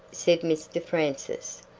said mr francis,